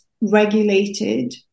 regulated